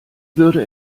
würde